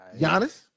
Giannis